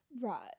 Right